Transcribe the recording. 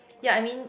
ya I mean